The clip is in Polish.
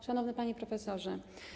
Szanowny Panie Profesorze!